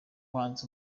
buhunzi